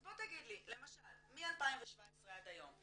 אז בוא תגיד לי למשל מ-2017 עד היום,